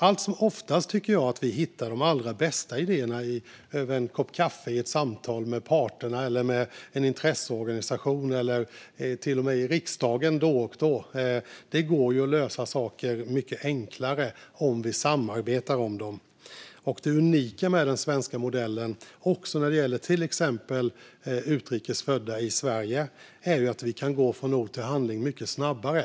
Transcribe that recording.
Allt som oftast tycker jag att vi hittar de allra bästa idéerna över en kopp kaffe i ett samtal med parterna eller med en intresseorganisation - eller till och med i riksdagen då och då. Det går att lösa saker mycket enklare om vi samarbetar om dem. Det unika med den svenska modellen, även när det gäller till exempel utrikes födda i Sverige, är att vi kan gå från ord till handling mycket snabbare.